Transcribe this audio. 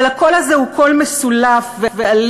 אבל הקול הזה הוא קול מסולף ואלים,